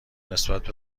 نسبت